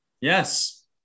Yes